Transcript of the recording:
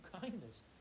kindness